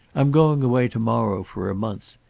i'm going away to-morrow for a month.